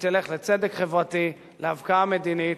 שתלך לצדק חברתי, להבקעה מדינית